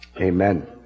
amen